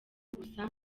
gusa